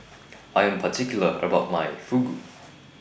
I Am particular about My Fugu